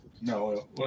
No